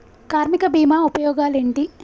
కార్మిక బీమా ఉపయోగాలేంటి?